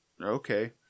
okay